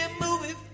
movie